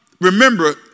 remember